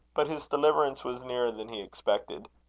but his deliverance was nearer than he expected.